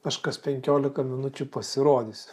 kažkas penkiolika minučių pasirodys